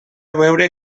veure